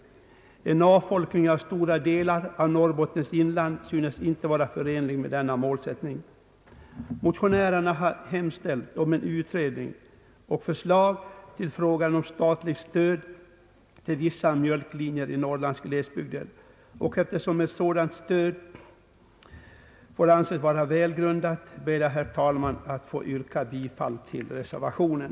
En avfolkning av stora delar av Norrbottens inland synes inte vara förenlig med denna målsättning. Motionärerna har hemställt om utredning och förslag till frågan om statligt stöd till vissa mjölkbillinjer i Norrlands glesbygder, och eftersom ett sådant stöd får anses vara välgrundat ber jag, herr talman, att få yrka bifall till reservationen.